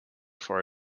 for